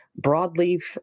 Broadleaf